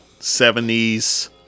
70s